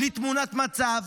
בלי תמונת מצב,